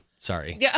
Sorry